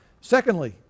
secondly